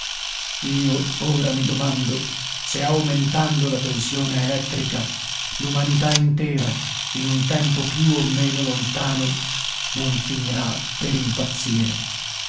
io ora mi domando se aumentando la tensione elettrica l'umanità intera in un tempo più o meno lontano non finirà per impazzire